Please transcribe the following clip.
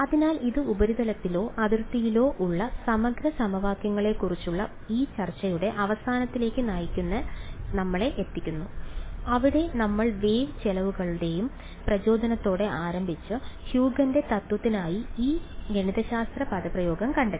അതിനാൽ ഇത് ഉപരിതലത്തിലോ അതിർത്തിയിലോ ഉള്ള സമഗ്ര സമവാക്യങ്ങളെക്കുറിച്ചുള്ള ഈ ചർച്ചയുടെ അവസാനത്തിലേക്ക് നമ്മളെ എത്തിക്കുന്നു അവിടെ നമ്മൾ വേവ് ചെലവുകളുടെ പ്രചോദനത്തോടെ ആരംഭിച്ച് ഹ്യൂഗന്റെ Huygen's തത്വത്തിനായി ഈ ഗണിതശാസ്ത്ര പദപ്രയോഗം കണ്ടെത്തി